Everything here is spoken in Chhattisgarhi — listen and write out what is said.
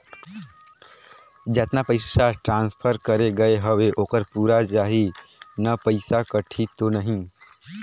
जतना पइसा ट्रांसफर करे गये हवे ओकर पूरा जाही न पइसा कटही तो नहीं?